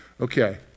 Okay